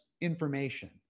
information